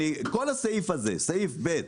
כל הסעיף הזה, סעיף ב'